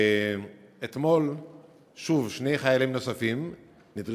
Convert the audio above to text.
אתמול שוב שני חיילים נוספים בבסיס תל-נוף